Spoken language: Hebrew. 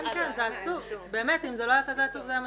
אם זה לא היה כזה עצוב זה היה מצחיק.